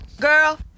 Girl